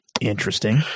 interesting